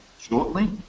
shortly